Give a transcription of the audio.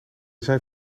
zijn